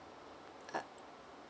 uh